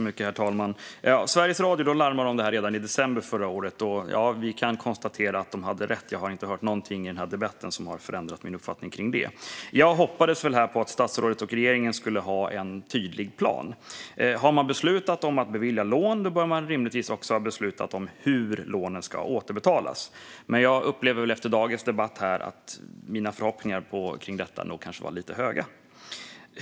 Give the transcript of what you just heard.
Herr talman! Sveriges Radio larmade om denna fråga redan i december förra året, och vi kan konstatera att de hade rätt. Jag har inte hört något i den här debatten som har förändrat min uppfattning. Jag hoppades att statsrådet och regeringen skulle ha en tydlig plan. Om man har beslutat om att bevilja lån bör man rimligtvis också ha beslutat om hur lånen ska återbetalas. Men jag upplever efter dagens debatt att mina förhoppningar var lite höga.